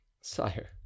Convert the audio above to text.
sire